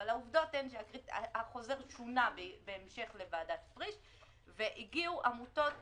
אבל החוזר שונה בהמשך לוועדת פריש והגיעו עמותות